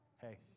Hey